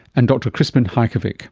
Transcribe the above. and dr krispin hajkowicz.